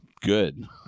Good